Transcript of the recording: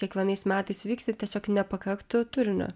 kiekvienais metais vykti tiesiog nepakaktų turinio